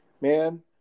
Man